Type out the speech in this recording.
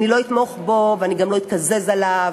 אני לא אתמוך בו, ואני גם לא אתקזז בהצבעה עליו,